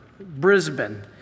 Brisbane